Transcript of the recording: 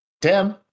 tim